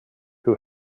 who